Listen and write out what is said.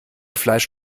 fleisch